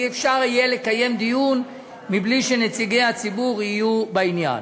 ולא יהיה אפשר לקיים דיון בלי שנציגי הציבור יהיו בעניין.